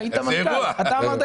היית מנכ"ל המשרד.